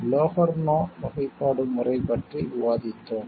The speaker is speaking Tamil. லோகார்னோ வகைப்பாடு முறை பற்றி விவாதித்தோம்